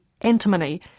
antimony